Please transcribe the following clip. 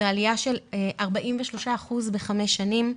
זו עלייה של 43% בחמש שנים.